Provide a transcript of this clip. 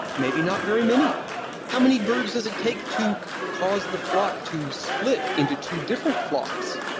maybe not very many how many birds does it take to cause the flock to split into two different flocks?